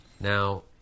Now